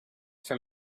from